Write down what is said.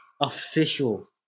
official